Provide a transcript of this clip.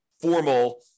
formal